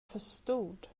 förstod